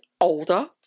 older